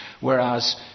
Whereas